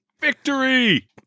victory